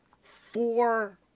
four